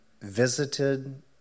visited